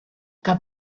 que